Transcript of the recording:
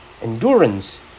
endurance